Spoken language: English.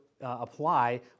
apply